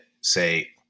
say